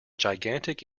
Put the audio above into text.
gigantic